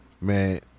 man